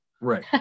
Right